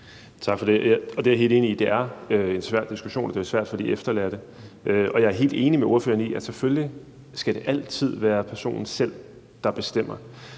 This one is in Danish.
enig i. Det er en svær diskussion, og det er svært for de efterladte. Og jeg er helt enig med ordføreren i, at selvfølgelig skal det altid være personen selv, der bestemmer,